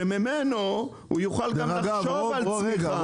וממנו הוא גם יוכל לחשוב על צמיחה.